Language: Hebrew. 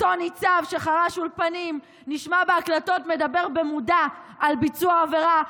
אותו ניצב שחרש אולפנים נשמע בהקלטות מדבר במודע על ביצוע עבירה,